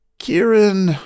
Kieran